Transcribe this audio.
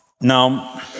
Now